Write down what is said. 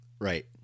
Right